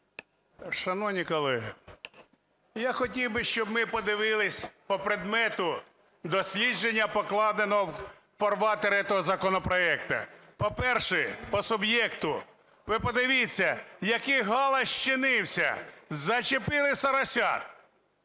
Шановні колеги, я хотів би, щоб ми подивились по предмету дослідження, покладеного у фарватер этого законопроекту. По-перше, по суб'єкту, ви подивіться, який галас зчинився. Зачепили "соросят",